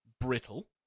brittle